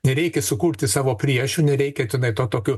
nereikia sukurti savo priešų nereikia tenai to tokių